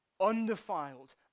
Undefiled